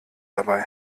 dabei